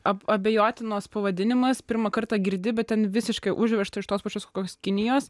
ab abejotinas pavadinimas pirmą kartą girdi bet ten visiškai užvežta iš tos pačios kokios kinijos